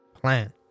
plan